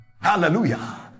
hallelujah